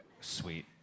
Sweet